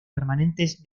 permanentes